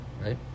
Right